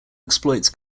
exploits